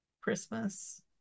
christmas